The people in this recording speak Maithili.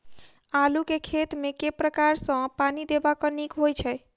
आलु केँ खेत मे केँ प्रकार सँ पानि देबाक नीक होइ छै?